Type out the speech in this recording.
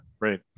Great